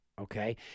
okay